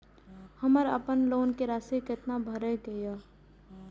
हमर अपन लोन के राशि कितना भराई के ये?